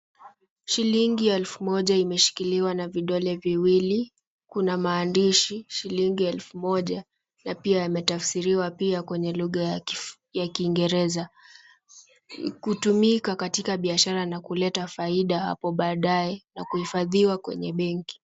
Shilingi elfu moja imeshikiliwa na vidole viwili. Kuna maandishi shilingi elfu moja na pia yametafsiriwa pia kwenye lugha ya Kiingereza. Kutumika katika biashara na kuleta faida hapo baadae na kuhifadhiwa kwenye benki.